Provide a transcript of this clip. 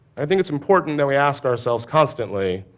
i think it's important that we ask ourselves, constantly,